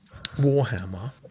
warhammer